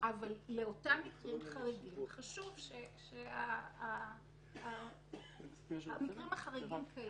ואז אפשר להפחית -- האם את מדברת על זה שההתגרות באה